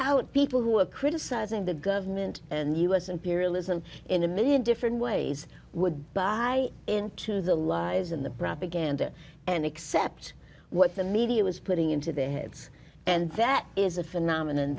out people who are criticizing the government and us imperialism in a one million different ways would buy into the lies in the propaganda and accept what the media was putting into their heads and that is a phenomen